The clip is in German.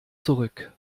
zurück